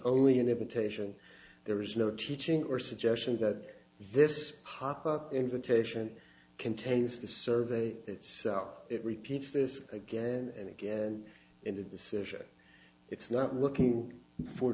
only an invitation there is no teaching or suggestion that this hopper invitation contains the survey itself it repeats this again and again in the session it's not looking for